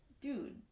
dude